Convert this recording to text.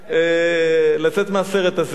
לצאת מהסרט הזה.